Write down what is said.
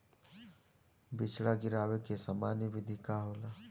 बिचड़ा गिरावे के सामान्य विधि का होला?